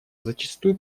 зачастую